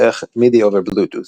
דרך MIDI over Bluetooth.